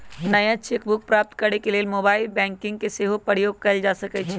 नया cheque book प्राप्त करेके लेल मोबाइल बैंकिंग के सेहो प्रयोग कएल जा सकइ छइ